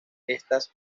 estas